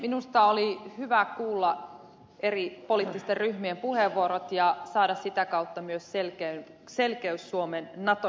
minusta oli hyvä kuulla eri poliittisten ryhmien puheenvuorot ja saada sitä kautta myös selkeys suomen nato jäsenyyteen